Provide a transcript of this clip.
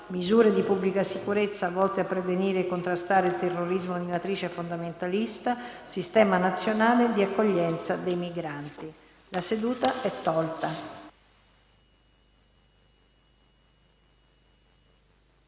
misure di pubblica sicurezza volte a prevenire e contrastare il terrorismo di matrice fondamentalista; - sistema nazionale di accoglienza dei migranti | Gli orari